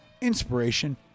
Inspiration